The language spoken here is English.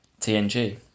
TNG